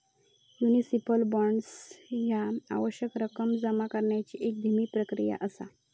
municipal bonds ह्या आवश्यक रक्कम जमा करण्याची एक धीमी प्रक्रिया असा